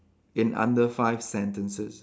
in under five sentences